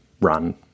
run